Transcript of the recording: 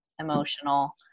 emotional